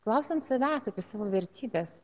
klausiant savęs apie savo vertybes